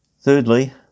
Thirdly